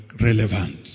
relevant